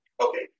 Okay